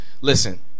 Listen